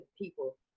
people